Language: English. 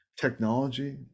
technology